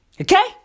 Okay